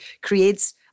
creates